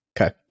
Okay